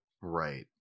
Right